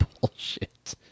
bullshit